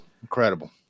Incredible